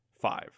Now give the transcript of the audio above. five